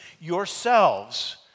yourselves